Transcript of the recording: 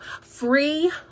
free